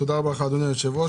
תודה רבה לך, אדוני היושב-ראש.